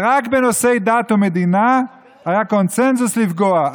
רק בנושאי דת ומדינה היה קונסנזוס לפגוע.